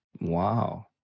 Wow